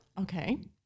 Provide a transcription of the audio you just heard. Okay